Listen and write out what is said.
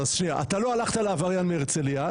אתה לא הלכת לעבריין מהרצליה,